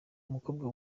umukobwa